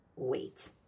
Wait